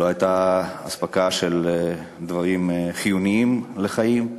לא הייתה אספקה של דברים חיוניים לחיים.